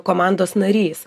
komandos narys